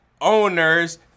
owners—